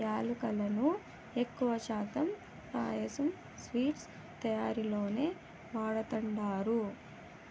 యాలుకలను ఎక్కువ శాతం పాయసం, స్వీట్స్ తయారీలోనే వాడతండారు